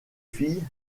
filles